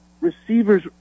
receivers